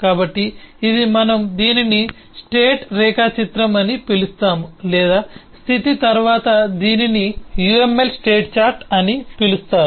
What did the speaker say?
కాబట్టి ఇది మనము దీనిని స్టేట్ రేఖాచిత్రం అని పిలుస్తాము లేదా స్థితి తరువాత దీనిని uml లో స్టేట్ చార్ట్ అని పిలుస్తారు